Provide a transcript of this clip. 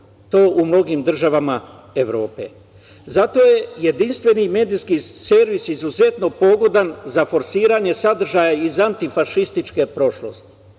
to u mnogim državama Evrope. Zato je jedinstveni medijski servis izuzetno pogodan za forsiranje sadržaja iz antifašističke prošlosti.